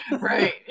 Right